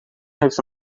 heeft